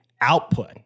output